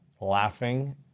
laughing